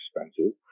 expensive